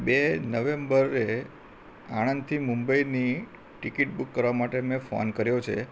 બે નવેમ્બરે આણંદથી મુંબઈની ટિકિટ બુક કરવા માટે મેં ફોન કર્યો છે